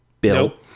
bill